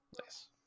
nice